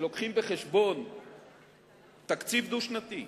כשמביאים בחשבון תקציב דו-שנתי,